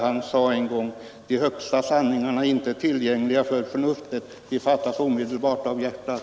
Han sade en gång: De högsta sanningarna är inte tillgängliga för förnuftet. De fattas omedelbart av hjärtat.